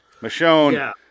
Michonne